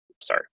Sorry